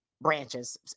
branches